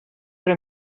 hora